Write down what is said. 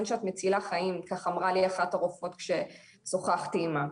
שאת מצליחה חיים" ככה אמרה לי אחת הרופאות ששוחחתי עימה.